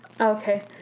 Okay